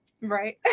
Right